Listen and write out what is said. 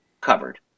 covered